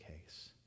case